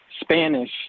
Spanish